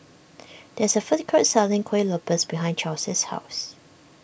there is a food court selling Kuih Lopes behind Chelsie's house